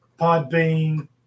Podbean